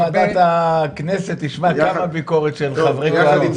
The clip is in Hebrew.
אדוני היושב-ראש, חברי הכנסת, מנהלת הוועדה, פניתי